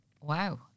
Wow